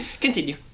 Continue